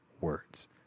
words